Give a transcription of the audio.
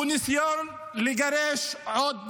-- הוא ניסיון לגרש עוד פעם,